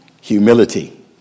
Humility